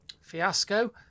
fiasco